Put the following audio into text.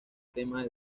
tema